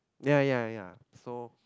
ya ya ya so